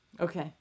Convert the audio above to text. okay